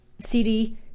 CD